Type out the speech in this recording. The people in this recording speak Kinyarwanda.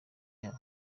yabo